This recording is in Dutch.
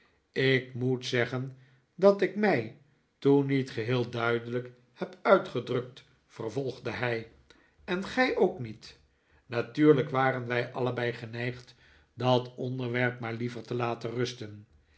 ik moet zeggen dat ik mij toen niet heel duidelijk heb uitgedrukt vervolgde hij en gij ook niet natuurlijk waren wij allebei geneigd dat onderwerp maar liever te laten rusten